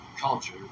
culture